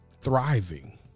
thriving